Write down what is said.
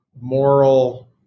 moral